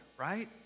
right